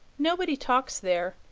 nobody talks there.